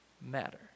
matter